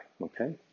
okay